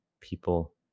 people